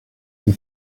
que